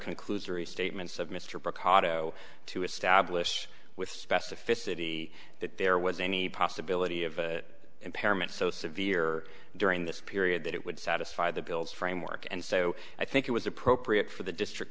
conclusory statements of mr brook otto to establish with specificity that there was any possibility of impairment so severe during this period that it would satisfy the bill's framework and so i think it was appropriate for the district